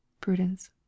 Prudence